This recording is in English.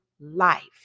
life